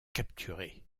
capturé